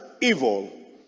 evil